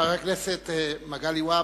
חבר הכנסת מגלי והבה,